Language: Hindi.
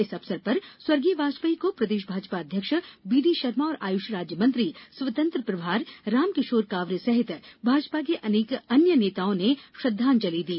इस अवसर पर स्वर्गीय वाजपेयी को प्रदेश भाजपा अध्यक्ष बीडी शर्मा और आयुष राज्य मंत्री स्वतंत्र प्रभार रामकिशोर कावरे सहित भाजपा के अन्य नेताओं ने श्रद्धांजलि दी